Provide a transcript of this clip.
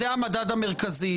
זה המדד המרכזי.